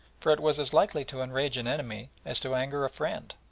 for it was as likely to enrage an enemy as to anger a friend,